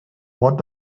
want